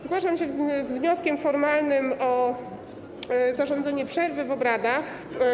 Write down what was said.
Zgłaszam się z wnioskiem formalnym o zarządzenie przerwy w obradach.